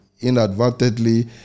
inadvertently